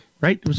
right